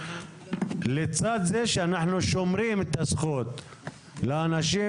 לצד זה שאנחנו שומרים לאנשים את הזכות